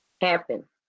happen